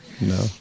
no